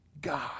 God